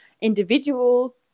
individual